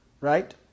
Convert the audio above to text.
Right